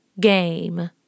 game